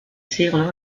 siglo